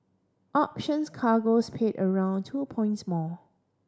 options cargoes paid around two points more